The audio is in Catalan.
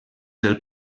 del